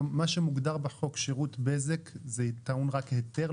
מה שמוגדר היום כשירות בזק טעון רק היתר,